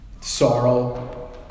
sorrow